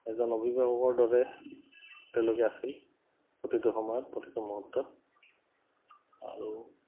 এজন অভিভাৱকৰ দৰে তেওঁলোকে আছিল প্ৰতিটো সময়ত প্ৰতিটো মুহূৰ্তত আৰু